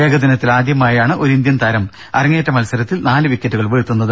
ഏകദിനത്തിൽ ആദ്യമായാണ് ഒരു ഇന്ത്യൻ താരം അരങ്ങേറ്റ മത്സരത്തിൽ നാല് വിക്കറ്റുകൾ വീഴ്ത്തുന്നത്